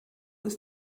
ist